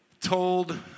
told